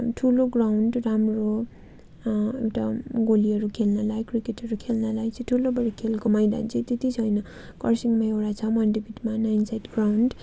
ठुलो ग्राउन्ड राम्रो हो एउटा गोलीहरू खेल्नलाई क्रिकेटहरू खेल्नलाई चाहिँ ठुलो बडा खेलको मैदान चाहिँ त्यति छैन कर्सियाङमा एउटा छ मन्टिभेटमा नै नाइन साइड ग्राउन्ड